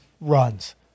runs